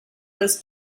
was